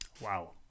Wow